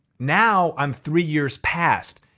now i'm three years past,